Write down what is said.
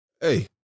Hey